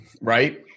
right